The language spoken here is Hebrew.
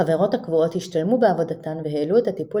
החברות הקבועות השתלמו בעבודתן והעלו את הטיפול